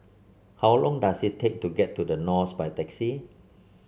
how long does it take to get to The Knolls by taxi